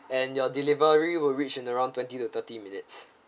and your delivery will reach in around twenty to thirty minutes